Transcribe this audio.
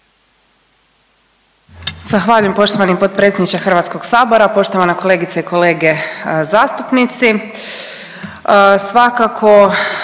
Zahvaljujem poštovani potpredsjedniče HS-a. Poštovane kolegice i kolege zastupnici.